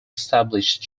established